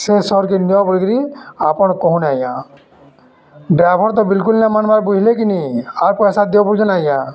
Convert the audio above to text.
ସେ ନିଅ ପଡ଼ ଆପଣ କହୁନ ଆଜ୍ଞା ଡ୍ରାଇଭର୍ ତ ବିଲକୁଲ୍ ନାଇଁ ମନମାର୍ ବୁଝିଲେ କିନି ଆର୍ ପଇସା ଦିଅ ଆଜ୍ଞା